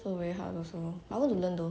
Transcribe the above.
so very hard also I want to learn though